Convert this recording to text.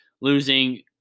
Losing